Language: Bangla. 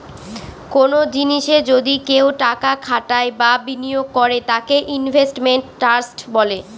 কোনো জিনিসে যদি কেউ টাকা খাটায় বা বিনিয়োগ করে তাকে ইনভেস্টমেন্ট ট্রাস্ট ফান্ড বলে